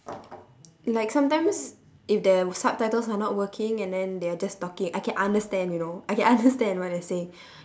like sometimes if their subtitles are not working and then they are just talking I can understand you know I can understand what they are saying